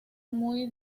muy